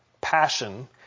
passion